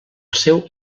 seu